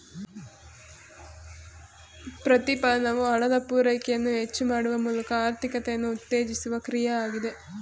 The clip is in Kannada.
ಪ್ರತಿಫಲನವು ಹಣದ ಪೂರೈಕೆಯನ್ನು ಹೆಚ್ಚು ಮಾಡುವ ಮೂಲಕ ಆರ್ಥಿಕತೆಯನ್ನು ಉತ್ತೇಜಿಸುವ ಕ್ರಿಯೆ ಆಗಿದೆ